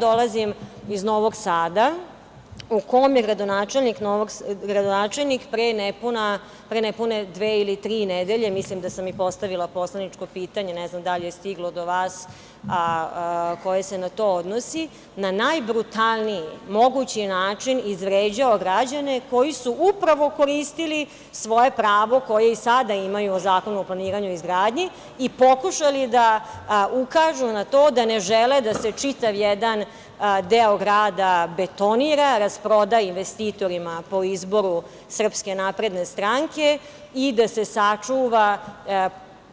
Dolazim iz Novog Sada u kom je gradonačelnik pre nepune dve ili tri nedelje, mislim da sam postavila poslaničko pitanje, ne znam da li je stiglo do vas, koje se na to odnosi, na najbrutalniji mogući način izvređao građane koji su upravo koristili svoje pravo koje i sada imaju po Zakonu o planiranju i izgradnji i pokušali da ukažu na to da ne žele da se čitav jedan deo grada betonira, rasproda investitorima po izboru SNS i da se sačuva